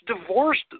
divorced